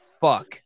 fuck